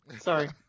Sorry